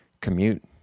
commute